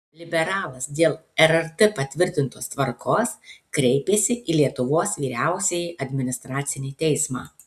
liberalas dėl rrt patvirtintos tvarkos kreipėsi į lietuvos vyriausiąjį administracinį teismą